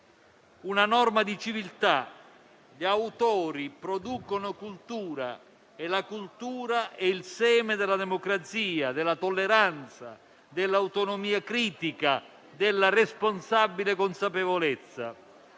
Una norma di civiltà; gli autori producono cultura e la cultura è il seme della democrazia, della tolleranza, dell'autonomia critica, della responsabile consapevolezza.